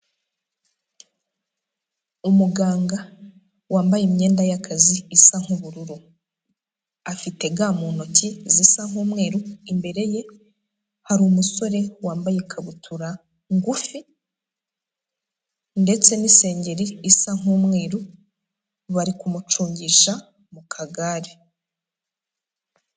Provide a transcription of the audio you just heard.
Umuganga wambaye imyenda y'akazi isa nk'ubururu. Afite ga mu ntoki zisa nk'umweru, imbere ye hari umusore wambaye ikabutura ngufi ndetse n'isengeri isa nk'umweru, bari kumucungisha mu kagare.